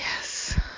Yes